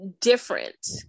different